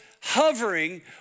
hovering